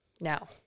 Now